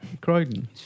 Croydon